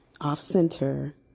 off-center